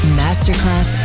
masterclass